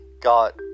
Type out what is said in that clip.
got